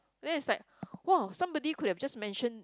then is like !wah! somebody could have just mention